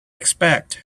expect